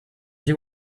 you